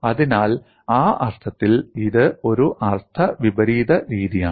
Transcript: അതിനാൽ ആ അർത്ഥത്തിൽ ഇത് ഒരു അർദ്ധ വിപരീത രീതിയാണ്